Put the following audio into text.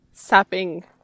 sapping